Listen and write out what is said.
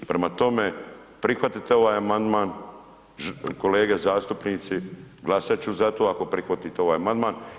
Prema tome, prihvatite ovaj amandman kolege zastupnici, glasat ću za to ako prihvatite ovaj amandman.